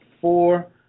Four